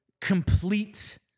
complete